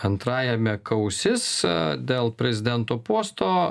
antrajame kausis dėl prezidento posto